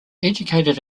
educated